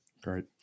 Great